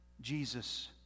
Jesus